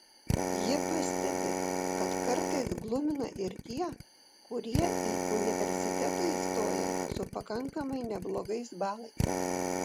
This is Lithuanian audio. ji pastebi kad kartais glumina ir tie kurie į universitetą įstoja su pakankamai neblogais balais